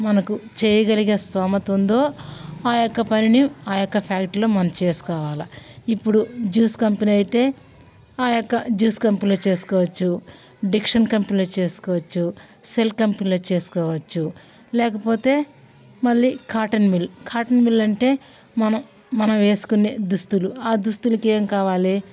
మనకు చేయగలిగే స్తోమత ఉందో ఆ యొక్క పనిని ఆ యొక్క ఫ్యాక్టరీలో మనం చేసుకోవాలా ఇప్పుడు జ్యూస్ కంపెనీ అయితే ఆ యొక్క జ్యూస్ కంపెనీలో చేసుకోవచ్చు డిక్షన్ కంపెనీలో చేసుకోవచ్చు సెల్ కంపెనీలో చేసుకోవచ్చు లేకపోతే మళ్ళీ కాటన్ మిల్ కాటన్ మిల్ అంటే మనం మనం వేసుకునే దుస్తులు ఆ దుస్తులకు ఏం కావాలి